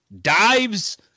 dives